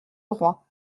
roi